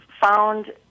found